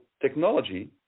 technology